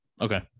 Okay